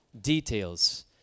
details